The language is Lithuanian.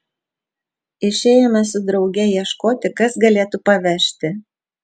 išėjome su drauge ieškoti kas galėtų pavežti